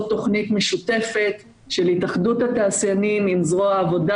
תוכנית משותפת של התאחדות התעשיינים עם זרוע העבודה